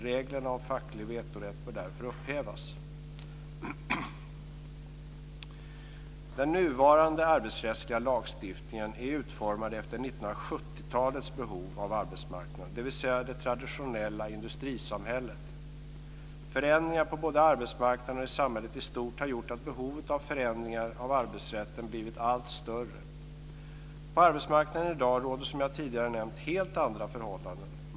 Reglerna om facklig vetorätt bör därför upphävas. Den nuvarande arbetsrättsliga lagstiftningen är utformad efter 1970-talets behov av arbetsmarknad, dvs. det traditionella industrisamhället. Förändringar på både arbetsmarknaden och i samhället i stort har gjort att behovet av förändringar av arbetsrätten blivit allt större. På arbetsmarknaden i dag råder som jag tidigare nämnt helt andra förhållanden.